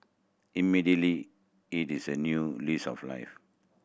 immediately it is a new lease of life